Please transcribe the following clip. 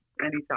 anytime